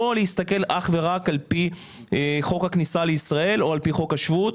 לא להסתכל אך ורק על פי חוק הכניסה לישראל או על פי חוק השבות.